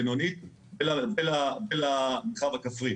בינונית ולמרחב הכפרי,